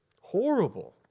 horrible